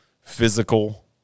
physical